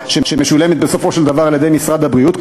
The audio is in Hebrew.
שמשולמת בסופו של דבר על-ידי משרד הבריאות,